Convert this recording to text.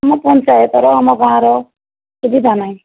ମୁଁ ପଞ୍ଚାୟତର ଆମ ଗାଁର ସୁବିଧା ନାହିଁ